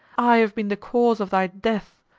i have been the cause of thy death!